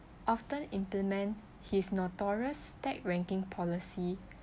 often implement his notorious stack ranking policy